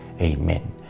Amen